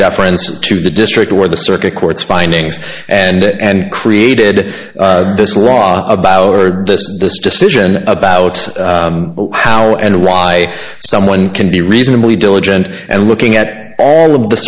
deference to the district where the circuit court's findings and created this law about heard this this decision about how and why someone can be reasonably diligent and looking at all of the